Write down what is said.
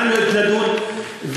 התחלנו לדון,